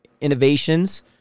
innovations